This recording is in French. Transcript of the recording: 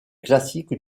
classiques